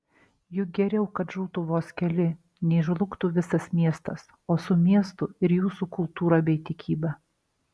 juk geriau kad žūtų vos keli nei žlugtų visas miestas o su miestu ir jūsų kultūra bei tikyba